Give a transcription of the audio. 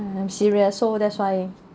I'm serious so that's why